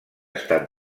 estat